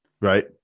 right